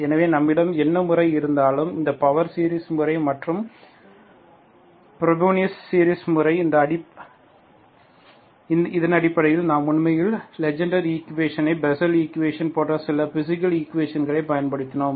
எனவே நம்மிடம் என்ன முறை இருந்தாலும் இந்த பவர் சீரிஸ் முறை மற்றும் ஃப்ரோபீனியஸ் சீரிஸ் முறை இதன் அடிப்படையில் நாம் உண்மையில் Legendre equation Legendre's equation Bessel equation போன்ற சில பிசிகல் ஈக்குவேஷன்களைப் பயன்படுத்தினோம்